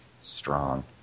strong